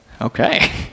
Okay